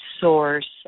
source